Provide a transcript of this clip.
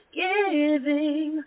giving